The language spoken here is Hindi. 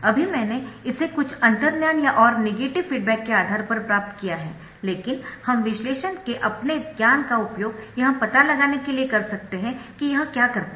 अभी मैंने इसे कुछ अंतर्ज्ञान और नेगेटिव फीडबैक के आधार पर प्राप्त किया है लेकिन हम विश्लेषण के अपने ज्ञान का उपयोग यह पता लगाने के लिए कर सकते है कि यह क्या करता है